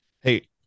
Hey